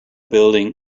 building